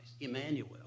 Emmanuel